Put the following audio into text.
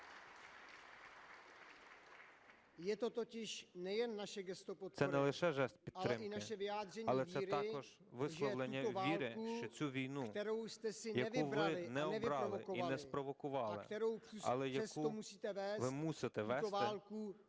Це не лише жест підтримки, але це також висловлення віри, що цю війну, яку ви не обрали і не спровокували, але яку ви мусите вести,